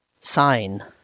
sign